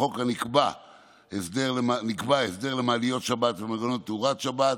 בחוק נקבע הסדר למעליות שבת ולמנגנון תאורה בשבת,